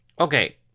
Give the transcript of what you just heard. Okay